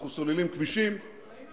אנחנו סוללים כבישים, ראינו את השלטים בינתיים.